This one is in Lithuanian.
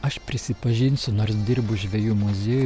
aš prisipažinsiu nors dirbu žvejų muziejuj